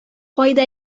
кайда